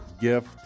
gift